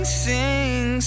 sing